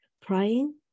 praying